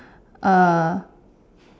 uh